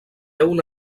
una